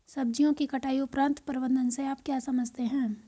सब्जियों की कटाई उपरांत प्रबंधन से आप क्या समझते हैं?